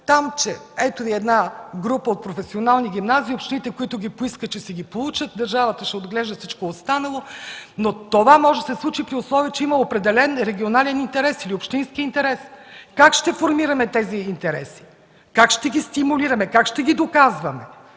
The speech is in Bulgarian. казваме – ето една група от професионални гимназии и общините, които ги поискат, ще си ги получат, държавата ще отглежда всичко останало, но това може да се случи, при условие че има определен регионален или общински интерес. Как ще формираме тези интереси? Как ще ги стимулираме, как ще ги доказваме?